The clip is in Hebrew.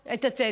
את הצדק.